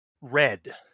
red